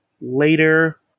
Later